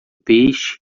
peixe